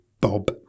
Bob